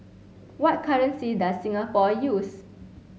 what currency does Singapore use